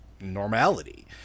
normality